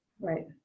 Right